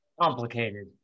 complicated